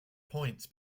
points